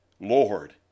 Lord